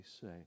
say